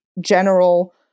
general